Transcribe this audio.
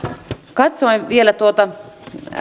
katsoin vielä tuota